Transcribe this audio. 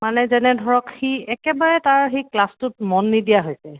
মানে যেনে ধৰক সি একেবাৰে তাৰ সেই ক্লাছটোত মন নিদিয়া হৈছে